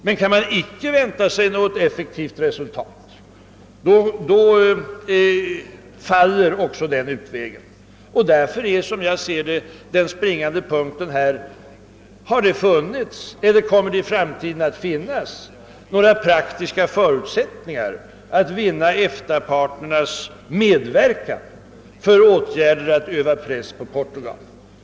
Men kan man inte vänta sig något effektivt resultat faller också denna möjlighet. Som jag ser det är därför den springande punkten: Har det funnits eller kommer det i framtiden att finnas några praktiska förutsättningar att vinna våra EFTA-partners medverkan för åtgärder i syfte att öva press på Portugal?